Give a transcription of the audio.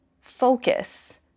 focus